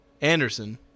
Anderson